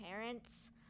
parents